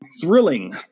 thrilling